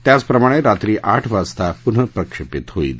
त्याचप्रमाणे रात्री आठ वाजता पुनः प्रक्षेपित होईल